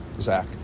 Zach